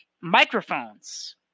microphones